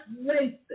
racist